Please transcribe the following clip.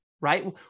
right